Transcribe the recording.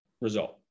result